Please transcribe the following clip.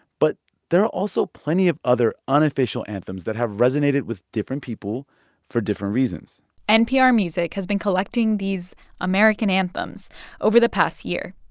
but there are also plenty of other unofficial anthems that have resonated with different people for different reasons npr music has been collecting these american anthems over the past year.